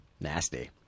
nasty